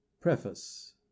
Preface